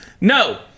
No